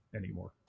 anymore